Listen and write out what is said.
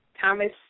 Thomas